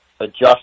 adjust